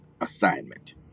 assignment